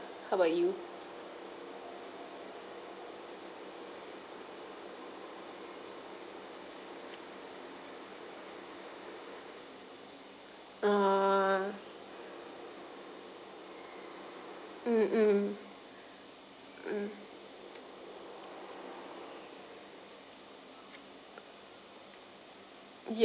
how about you uh mmhmm mm ya